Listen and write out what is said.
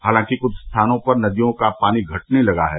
हालांकि कुछ स्थानों पर नदियों में पानी घटने लगा है